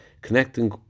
Connecting